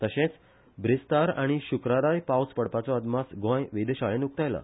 तशेच ब्रेस्तार आनी शुक्राराकय पावस पडपाचो अदमास गोंय वेधशाळेन उक्तायला